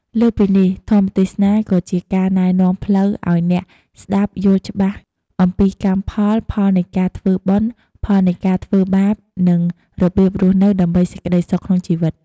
លើសពីនេះ ធម្មទេសនាក៏ជាការណែនាំផ្លូវឲ្យអ្នកស្តាប់យល់ច្បាស់អំពីកម្មផល ផលនៃការធ្វើបុណ្យ ផលនៃការធ្វើបាប និងរបៀបរស់នៅដើម្បីសេចក្តីសុខក្នុងជីវិត។